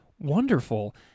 Wonderful